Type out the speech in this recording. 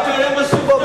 חבר הכנסת פלסנר, תשמע.